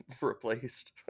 replaced